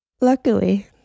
Luckily